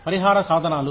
పరిహార సాధనాలు